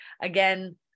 again